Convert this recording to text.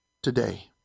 today